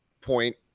point